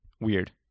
weird